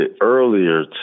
earlier